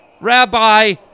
Rabbi